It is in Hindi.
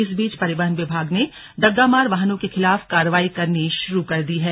इस बीच परिवहन विभाग ने डग्गामार वाहनों के खिलाफ कार्रवाई करनी शुरु कर दी है